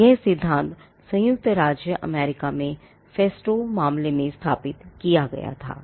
तो यह सिद्धांत संयुक्त राज्य अमेरिका में फेस्टो मामले में स्थापित किया गया था